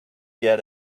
get